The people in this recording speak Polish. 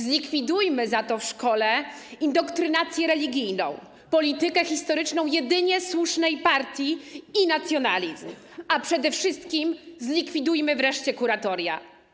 Zlikwidujmy za to w szkole indoktrynację religijną, politykę historyczną jedynie słusznej partii i nacjonalizm, a przede wszystkim zlikwidujmy wreszcie kuratoria.